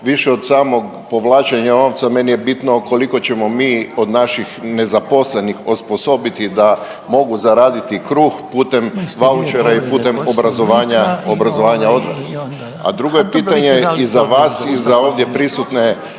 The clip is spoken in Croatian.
više od samog povlačenja novca meni je bitno koliko ćemo mi od naših nezaposlenih osposobiti da mogu zaraditi kruh putem vouchera i putem obrazovanja odraslih. A drugo je pitanje i za vas i za ovdje prisutne